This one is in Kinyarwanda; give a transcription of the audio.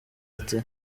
ati